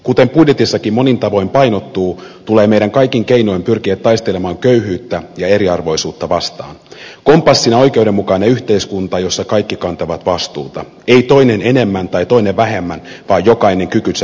kuten budjetissakin monin tavoin painottuu tulee meidän kaikin keinoin pyrkiä taistelemaan köyhyyttä ja eriarvoisuutta vastaan kompassina oikeudenmukainen yhteiskunta jossa kaikki kantavat vastuuta ei toinen enemmän tai toinen vähemmän vaan jokainen kykynsä mukaan